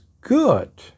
good